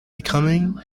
becoming